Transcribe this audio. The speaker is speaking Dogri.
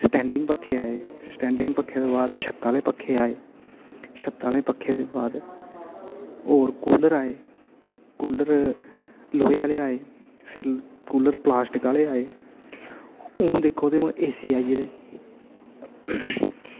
स्टैंडिंग पक्खे आए स्टैंडिंग पक्खे दे बाद छत्ता आह्ले पक्खे आए छत्ता आह्ले पक्खे दे बाद और कूलर आए कूलर लोहे आह्ले आए फिर कूलर प्लास्टिक आह्ले आए हुन दिक्खो ते हुन एसी आई गेदे